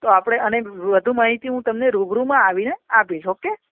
તો આપણે અને વધુ માહિતી હું તમને રૂબરૂમાં આવીને આપીશ ઓકે